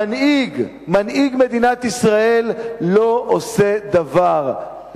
המנהיג, מנהיג מדינת ישראל, לא עושה דבר.